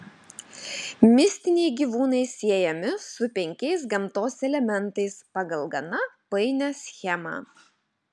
mistiniai gyvūnai siejami su penkiais gamtos elementais pagal gana painią schemą